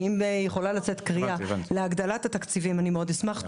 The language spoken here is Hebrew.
ואם יכולה לצאת קריאה להגדלת התקציבים מאוד אשמח.